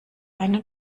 einen